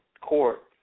court